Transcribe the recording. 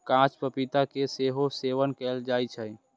कांच पपीता के सेहो सेवन कैल जाइ छै